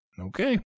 okay